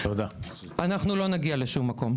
אנחנו לא נגיע לשום מקום.